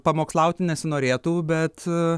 pamokslauti nesinorėtų bet